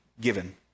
given